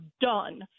done